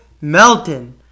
Melton